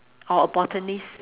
or a botanist